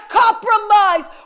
compromise